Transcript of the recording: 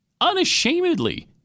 Unashamedly